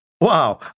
Wow